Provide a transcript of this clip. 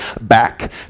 back